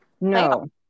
No